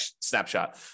snapshot